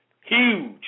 huge